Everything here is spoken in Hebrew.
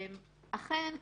אכן,